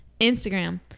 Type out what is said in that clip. instagram